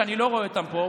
שאני לא רואה אותם פה,